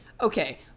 okay